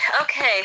Okay